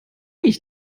ich